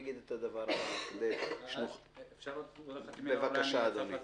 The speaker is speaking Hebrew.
אפשר להסביר.